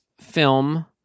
film